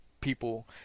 people